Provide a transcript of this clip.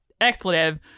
expletive